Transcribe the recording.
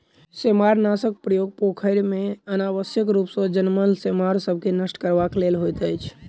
सेमारनाशकक प्रयोग पोखैर मे अनावश्यक रूप सॅ जनमल सेमार सभ के नष्ट करबाक लेल होइत अछि